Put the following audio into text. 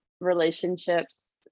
relationships